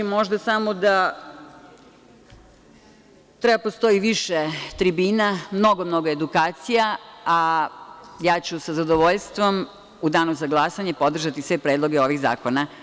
Možda samo da treba da postoji više tribina, mnogo, mnogo edukacija, a ja ću sa zadovoljstvom u Danu za glasanje podržati sve predloge ovih zakona.